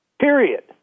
period